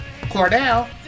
Cordell